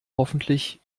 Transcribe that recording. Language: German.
hoffentlich